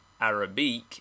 Arabic